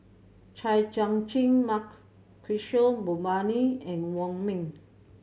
Chay Jung Jun Mark Kishore Mahbubani and Wong Ming